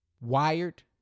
wired